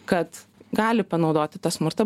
kad gali panaudoti tą smurtą